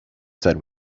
said